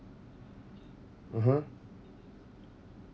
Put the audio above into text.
(uh huh)